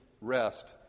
rest